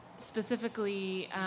Specifically